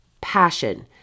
passion